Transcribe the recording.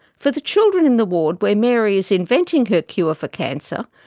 for the children in the ward where mary is inventing her cure for cancer,